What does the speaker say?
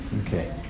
Okay